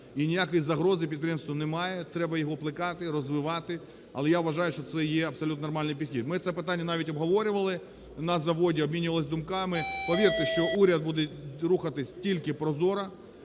І ніякої загрози підприємству немає, треба його плекати, розвивати. Але я вважаю, що це є абсолютно нормальний підхід. Ми це питання навіть обговорювали на заводі, обмінювались думками. Повірте, що уряд буде рухатись тільки прозоро,